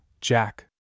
Jack